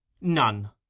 None